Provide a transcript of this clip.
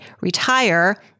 retire